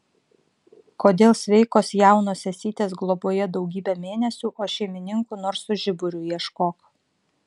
kodėl sveikos jaunos sesytės globoje daugybę mėnesių o šeimininkų nors su žiburiu ieškok